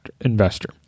investor